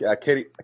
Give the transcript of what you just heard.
Katie